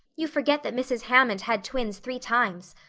you forget that mrs. hammond had twins three times.